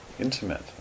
intimate